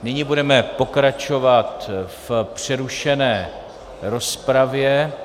Nyní budeme pokračovat v přerušené rozpravě.